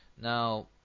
now